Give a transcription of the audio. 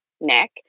Nick